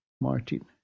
Martin